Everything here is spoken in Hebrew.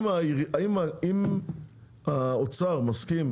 אם האוצר מסכים,